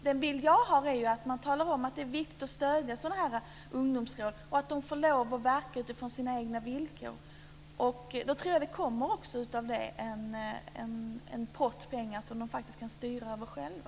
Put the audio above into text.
Den bild jag har är att man talar om att det är viktigt att stödja sådana här ungdomsråd och att ge dem lov att verka utifrån sina egna villkor. Då tror jag också att det kommer en pott pengar som ungdomarna faktiskt kan styra över själva.